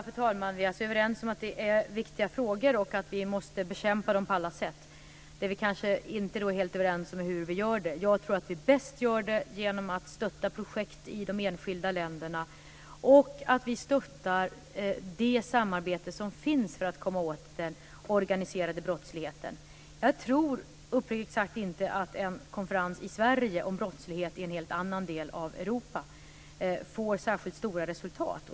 Fru talman! Vi är alltså överens om att det är viktiga frågor och att vi måste bekämpa detta på alla sätt. Det som vi kanske inte är helt överens om är hur vi gör det. Jag tror att vi bäst gör det genom att stötta projekt i de enskilda länderna och att stötta det samarbete som finns för att komma åt den organiserade brottsligheten. Jag tror uppriktigt sagt inte att en konferens i Sverige om brottslighet i en helt annan del av Europa får särskilt bra resultat.